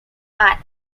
are